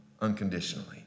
unconditionally